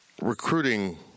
recruiting